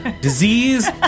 disease